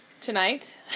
tonight